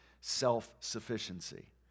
self-sufficiency